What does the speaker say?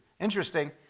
Interesting